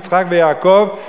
יצחק ויעקב,